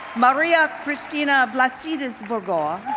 maria cristina vlassidis burgoa.